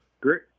Great